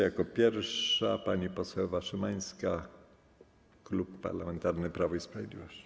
Jako pierwsza pani poseł Ewa Szymańska, Klub Parlamentarny Prawo i Sprawiedliwość.